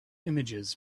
images